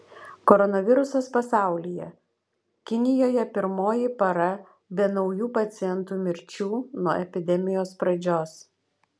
koronavirusas pasaulyje kinijoje pirmoji para be naujų pacientų mirčių nuo epidemijos pradžios